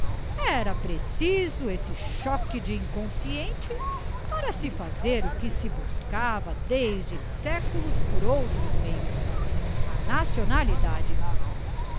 era preciso esse choque do inconsciente para se fazer o que se buscava desde séculos por outros meios a nacio